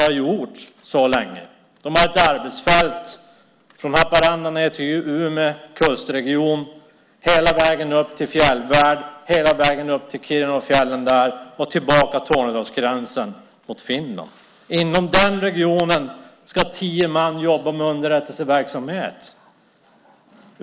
De har ett arbetsfält som sträcker sig från Haparanda ned till Ume kustregion, hela vägen upp till fjällvärlden, hela vägen upp till Kiruna och fjällen där och tillbaka Tornedalsgränsen mot Finland. Inom den regionen ska tio man jobba med underrättelseverksamhet.